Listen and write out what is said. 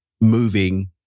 moving